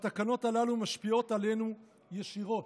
התקנות הללו משפיעות עלינו ישירות.